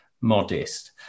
modest